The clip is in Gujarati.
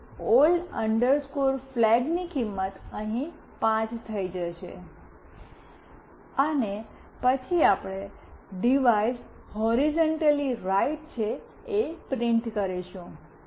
તેથી ઓલ્ડ ફ્લેગની કિંમત અહીં 5 થઈ જશે અને પછી આપણે ડિવાઇસ હૉરિઝૉન્ટલી રાઈટ છે પ્રિન્ટ કરીશું